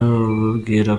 ababwira